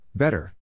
Better